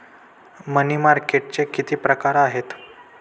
मनी मार्केटचे किती प्रकार आहेत?